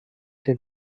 den